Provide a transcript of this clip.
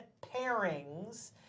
pairings